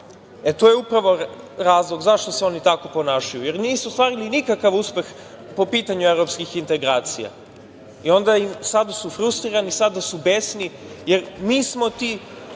e to je upravo razlog zašto se oni tako ponašaju, jer nisu ostvarili nikakav uspeh po pitanju evropskih integracija i onda sada su frustrirani, sada su besni, jer mi smo ti